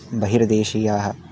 बहिर्देशीयाः